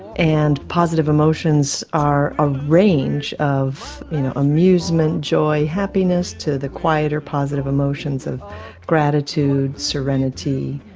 and positive emotions are a range of amusement, joy, happiness, to the quieter positive emotions of gratitude, serenity,